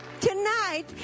Tonight